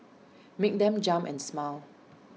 make them jump and smile